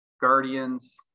guardians